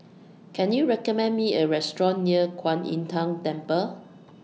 Can YOU recommend Me A Restaurant near Kwan Im Tng Temple